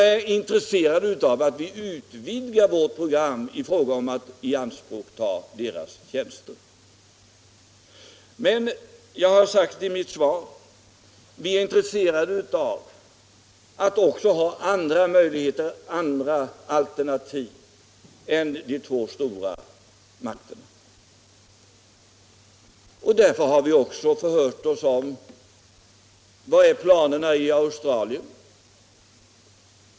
De är också intresserade av att vi utvidgar vårt - Om uranförsörjprogram när det gäller att ianspråkta deras tjänster. ningen Som jag har sagt i mitt svar är vi emellertid intresserade av att också ha andra alternativ än de två stormakterna, och därför har vi förhört oss om planerna på olika håll. Vilka är planerna i Australien?